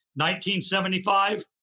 1975